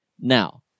Now